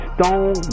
Stone